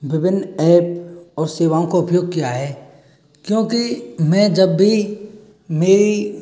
विभिन्न ऐप और सेवाओं का उपयोग किया है क्योंकि मैं जब भी मेरी